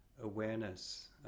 awareness